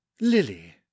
Lily